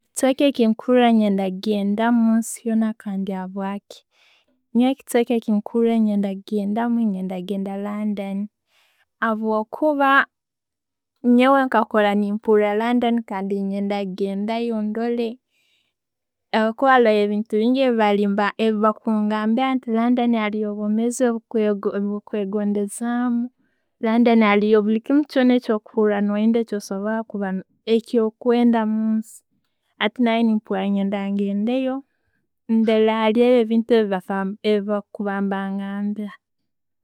Ekichweka kyenkuhura nenyenda kugenda munsi yoona kandi habwaki. Nyoowe ekicweka kyenkuhura nenyenda kugendamu nenyenda genda london habwokuba nyowe nkakura nempura London kandi nenyenda gendayo ndole habwokuba haroho ebintu bingi ebakungambira ngu London haliyo obwomezi obukugondezamu. London haliyo bulikimu kyona ekyokuba nohura no yenda, ekyo kwenda munsi hati nanye mpuura ngendeyo ndore halibyo ebintu ebyo byebakaba nembagambira.